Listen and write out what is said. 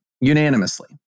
unanimously